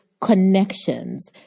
connections